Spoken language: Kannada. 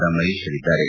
ರಾ ಮಹೇಶ್ ಹೇಳಿದ್ದಾರೆ